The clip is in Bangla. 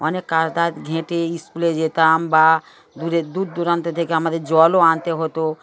অনেক কাদা ঘেঁটে স্কুলে যেতাম বা দূরে দূর দূরান্ত থেকে আমাদের জলও আনতে হতো